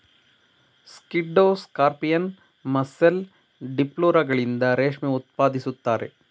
ಸ್ಕಿಡ್ಡೋ scorpion, mussel, ಡಿಪ್ಲುರಗಳಿಂದ ರೇಷ್ಮೆ ಉತ್ಪಾದಿಸುತ್ತಾರೆ